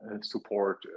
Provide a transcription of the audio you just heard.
support